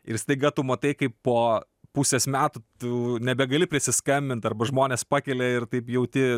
ir staiga tu matai kai po pusės metų tu nebegali prisiskambint arba žmonės pakelia ir taip jauti